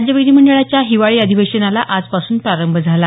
राज्य विधीमंडळाच्या हिवाळी अधिवेशनाला आजपासून प्रारंभ झाला